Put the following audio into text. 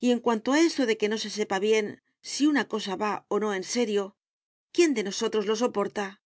y en cuanto a eso de que no se sepa bien si una cosa va o no en serio quién de nosotros lo soporta